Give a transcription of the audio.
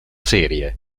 serie